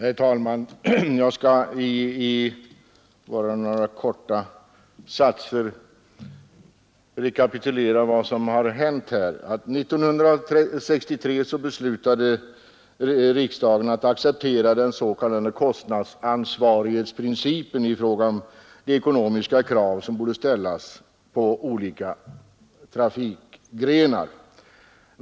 Herr talman! Jag skall bara i några korta satser rekapitulera vad som hänt. År 1963 beslutade riksdagen att acceptera den s.k. kostnadsansvarighetsprincipen i fråga om de ekonomiska krav som borde ställas på olika trafikgrenar.